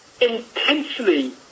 intensely